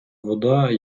вода